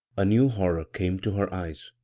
a new horror came to her eyes.